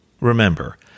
Remember